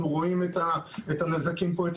אנחנו רואים את הנזקים פה,